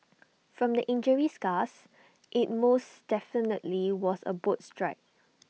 from the injury scars IT most definitely was A boat strike